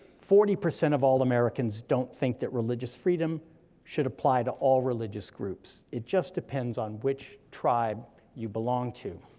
forty percent of all americans don't think that religious freedom should apply to all religious groups, it just depends on which tribe you belong to.